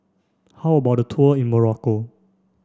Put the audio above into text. how about the tour in Morocco